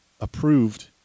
approved